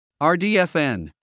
RDFN